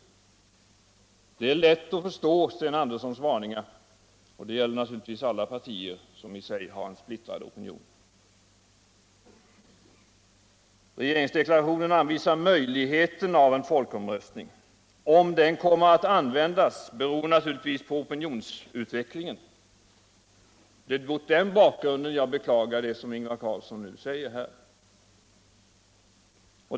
Doet är lätt att förstå Sten Anderssons varningar, och det gäller naturligtvis alla partier som i sig har en splittrad opinion. Regeringsdeklarationen anvisar möjligheten av en folkomröstning. Om den kommer att användas beror på opinionsutvecklingen. Mot den bakgrunden beklagar jag vad Ingvar Carlsson här säger.